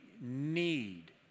need